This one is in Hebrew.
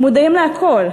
אנחנו מודעים להכול,